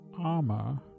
armor